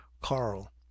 Carl